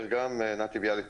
בוקר טוב לכולם.